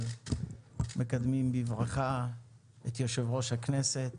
אבל מקדמים בברכה את יושב-ראש הכנסת,